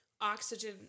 oxygen